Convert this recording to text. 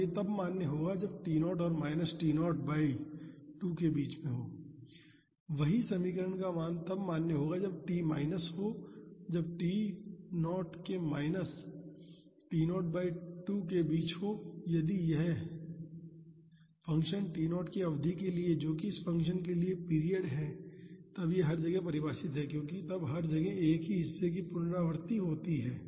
और यह तब मान्य होता है जब t 0 और माइनस T0 बाई 2 के बीच हो वही समीकरण तब मान्य होगा जब t माइनस हो जब t 0 के माइनस T0 बाई 2 के बीच हो और यदि यह फ़ंक्शन T0 कि अवधि के लिए जो कि इस फंक्शन के लिए पीरियड है तब यह हर जगह परिभाषित है क्योंकि तब हर जगह एक ही हिस्से की पुनरावृत्ति होती है